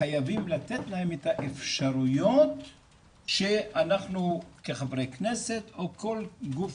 חייבים לתת להם את האפשרויות שאנחנו כחברי כנסת או כל גוף